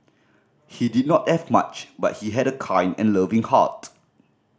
he did not have much but he had a kind and loving heart